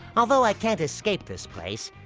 although i can't escape this place,